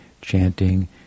chanting